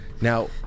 now